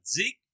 Zeke